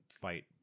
fight